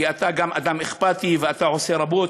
כי אתה גם אדם אכפתי ואתה עושה רבות,